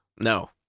No